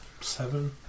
Seven